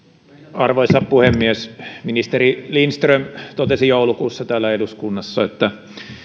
arvoisa puhemies ministeri lindström totesi joulukuussa täällä eduskunnassa että